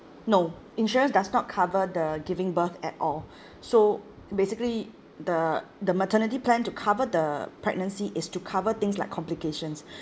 no insurance does not cover the giving birth at all so basically the the maternity plan to cover the pregnancy is to cover things like complications